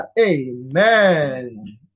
Amen